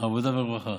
העבודה ורווחה.